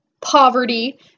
poverty